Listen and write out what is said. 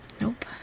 Nope